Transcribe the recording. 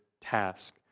task